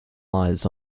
lies